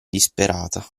disperata